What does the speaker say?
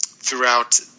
throughout